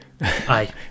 Aye